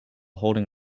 holding